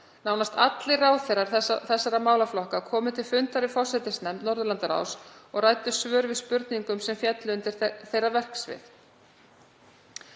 Nánast allir ráðherrar þessara málaflokka komu til fundar við forsætisnefnd Norðurlandaráðs og ræddu svör við spurningum sem féllu undir þeirra verksvið.